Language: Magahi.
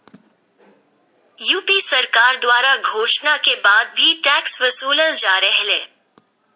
यू.पी सरकार द्वारा घोषणा के बाद भी टैक्स वसूलल जा रहलय